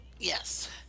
Yes